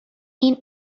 این